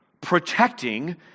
protecting